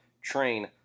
train